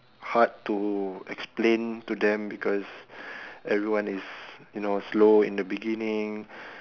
hard to explain to them because everyone is you know slow in the beginning